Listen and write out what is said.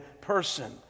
person